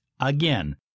Again